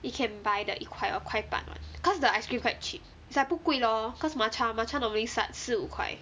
you can buy the 一块 or 块半 one cause the ice cream quite cheap is like 不贵 lor cause matcha matcha normally 是 like 四五块